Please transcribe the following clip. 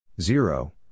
zero